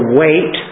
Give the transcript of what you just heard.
wait